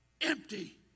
empty